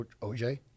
OJ